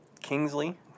Kingsley